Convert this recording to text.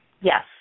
Yes